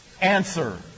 Answer